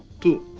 to,